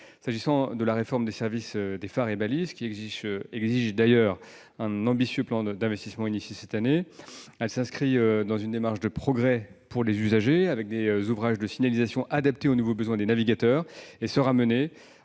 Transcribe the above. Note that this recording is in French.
S'agissant de la réforme des services des phares et balises, qui exige, d'ailleurs, un ambitieux plan d'investissement lancé cette année, elle s'inscrit dans une démarche de progrès pour les usagers, avec des ouvrages de signalisation adaptés aux nouveaux besoins des navigateurs, et sera menée